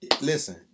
listen